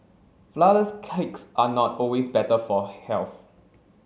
flourless cakes are not always better for health